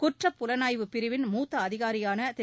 குற்றப்புலனாய்வுப் பிரிவின் மூத்த அதிகாரியான திரு